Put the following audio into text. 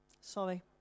Sorry